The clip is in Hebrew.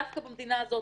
דווקא במדינה הזאת,